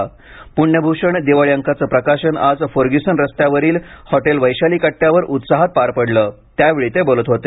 प्ण्यभ्रषण दिवाळी अंकाचं प्रकाशन आज फर्ग्युसन रस्त्यावरील हॉटेल वैशाली कट्ट्यावर उत्साहात पार पडले त्यावेळी ते बोलत होते